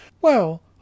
Well